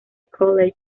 college